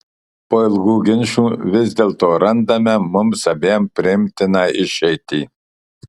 po ilgų ginčų vis dėlto randame mums abiem priimtiną išeitį